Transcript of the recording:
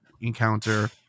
encounter